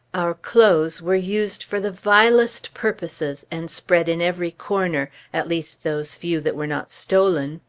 our clothes were used for the vilest purposes, and spread in every corner at least those few that were not stolen.